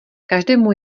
každému